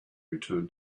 return